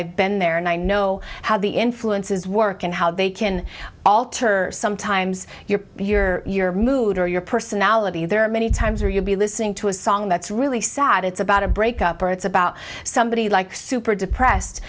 i've been there and i know how the influences work and how they can alter sometimes your your your mood or your personality there are many times where you'll be listening to a song that's really sad it's about a breakup or it's about somebody like super depressed